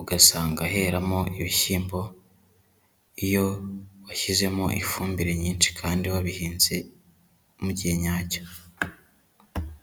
ugasanga heramo ibishyimbo, iyo washyizemo ifumbire nyinshi kandi wabihinze mu gihe nyacyo.